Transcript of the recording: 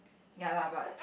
ya lah but